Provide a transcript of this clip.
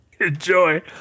Enjoy